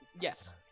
Yes